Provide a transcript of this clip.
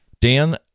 Dan